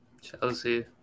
Chelsea